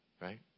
Right